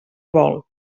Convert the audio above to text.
vol